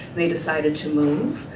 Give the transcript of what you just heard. they decided to move,